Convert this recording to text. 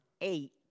eight